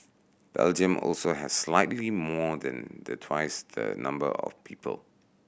Belgium also has slightly more than the twice the number of people